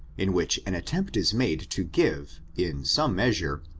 in which an attempt is made to give, in some measure,